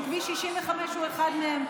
וכביש 65 הוא אחד מהם,